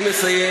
אני מסיים